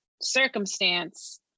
circumstance